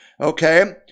Okay